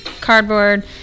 cardboard